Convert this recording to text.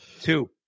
Two